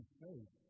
faith